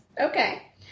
Okay